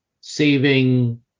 saving